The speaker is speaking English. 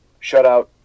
shutout